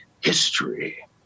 history